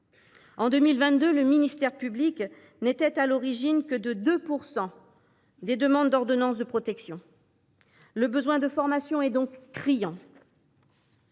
En 2022, le ministère public n’était à l’origine que de 2 % des demandes d’ordonnance de protection ; le besoin de formation est donc criant.